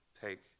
take